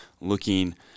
looking –